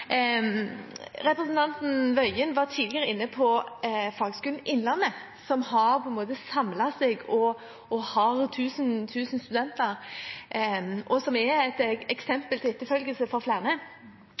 Representanten Tingelstad Wøien var tidligere inne på Fagskolen Innlandet, som har – på en måte – samlet seg og har 1 000 studenter, og som er et